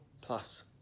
plus